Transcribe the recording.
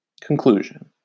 Conclusion